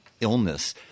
illness